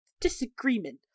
disagreement